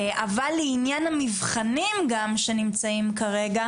אבל לעניין המבחנים גם שנמצאים כרגע,